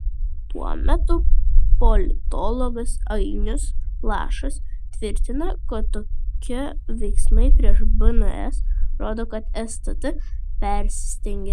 tuo metu politologas ainius lašas tvirtina kad tokie veiksmai prieš bns rodo kad stt persistengė